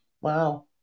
Wow